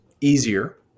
easier